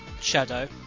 Shadow